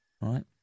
Right